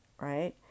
right